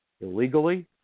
illegally